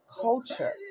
culture